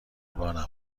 بانم